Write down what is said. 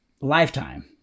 lifetime